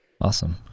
Awesome